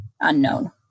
unknown